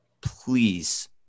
please